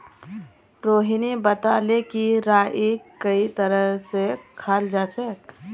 रोहिणी बताले कि राईक कई तरह स खाल जाछेक